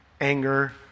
anger